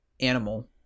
animal